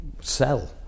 sell